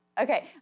Okay